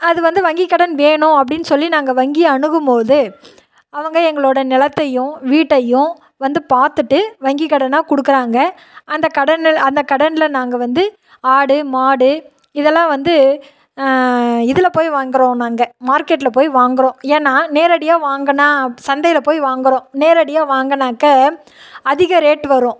அது வந்து வங்கி கடன் வேணும் அப்படின்னு சொல்லி நாங்கள் வங்கியை அணுகும்போது அவங்க எங்களோடய நிலத்தையும் வீட்டையும் வந்து பார்த்துட்டு வங்கி கடனாக கொடுக்கறாங்க அந்த கடன் அந்த கடனில் நாங்கள் வந்து ஆடு மாடு இதெல்லாம் வந்து இதில் போய் வாங்கறோம் நாங்கள் மார்க்கெட்டில் போய் வாங்கறோம் ஏன்னால் நேரடியாக வாங்கினா சந்தையில் போய் வாங்கறோம் நேரடியாக வாங்கினாக்க அதிக ரேட் வரும்